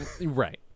Right